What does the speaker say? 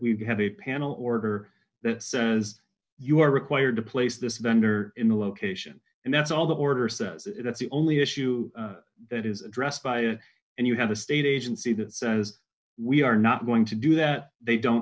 we've had a panel order that says you are required to place this vendor in a location and that's all the order says that's the only issue that is addressed by you and you have a state agency that says we are not going to do that they don't